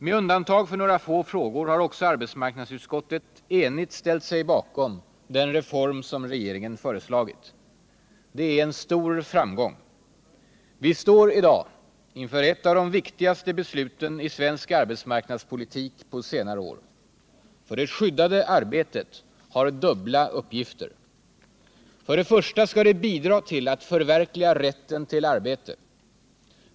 Med undantag för några få frågor har också arbetsmarknadsutskottet enigt ställt sig bakom den reform som regeringen föreslagit. Det är en stor framgång. Vi står i dag inför ett av de viktigaste besluten i svensk arbetsmarknadspolitik på senare år. Det skyddade arbetet har nämligen dubbla syften: För det första skall det bidra till att förverkliga rätten till arbete.